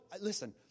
listen